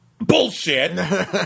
bullshit